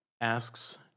asks